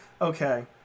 okay